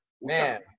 Man